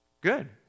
Good